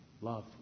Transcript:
Love